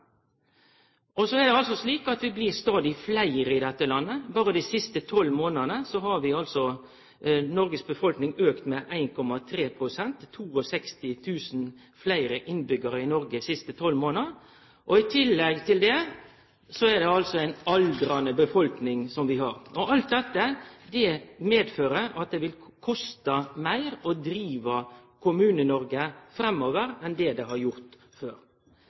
er også slik at vi blir stadig fleire i dette landet. Berre dei siste tolv månadene har Noregs befolkning auka med 1,3 pst. Vi har fått 62 000 fleire innbyggjarar i Noreg dei siste tolv månadene. I tillegg er det ei aldrande befolkning vi har. Alt dette medfører at det vil koste meir å drive Kommune-Noreg framover enn det har gjort før.